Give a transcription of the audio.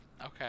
Okay